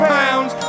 pounds